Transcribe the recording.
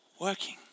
working